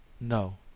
No